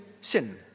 sin